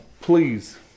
please